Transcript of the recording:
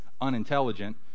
unintelligent